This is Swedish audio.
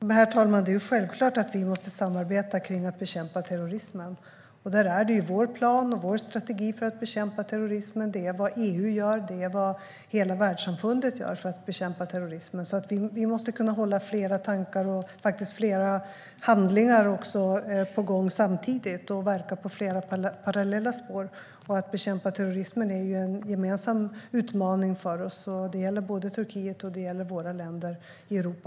Herr talman! Det är självklart att vi måste samarbeta för att bekämpa terrorismen. Vår plan och vår strategi för att bekämpa terrorismen är vad EU gör och vad hela världssamfundet gör för att bekämpa terrorismen. Vi måste kunna ha flera tankar och handlingar på gång samtidigt och verka på flera parallella spår. Att bekämpa terrorismen är en gemensam utmaning för oss. Det gäller både Turkiet och länderna i Europa.